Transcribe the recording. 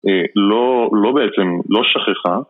לא, לא בעצם, לא שכחה